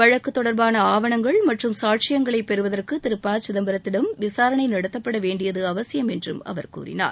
வழக்கு தொடர்பான ஆவணங்கள் மற்றும் சாட்சியங்களை பெறுவதற்கு திரு ப சிதம்பரத்திடம் விசாரணை நடத்தப்படவேண்டியது அவசியம் என்றும் அவர் கூறினார்